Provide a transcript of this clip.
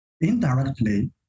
indirectly